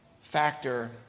factor